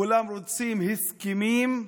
כולם רוצים הסכמים,